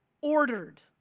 ordered